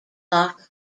loch